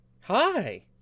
Hi